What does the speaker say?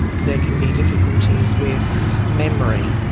there can be difficulties with memory.